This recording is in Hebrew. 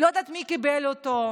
לא יודעת מי קיבל אותו,